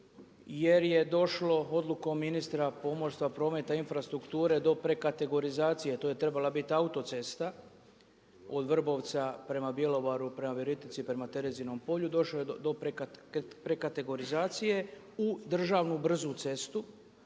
jer je došlo odlukom ministra pomorstva, prometa i infrastrukture do prekategorizacije, to je trebala biti autocesta od Vrbovca prema Bjelovaru, prema Virovitici i prema Terezijom polju, došlo je do prekategorizacije u državnu brzu cestu.